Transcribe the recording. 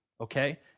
Okay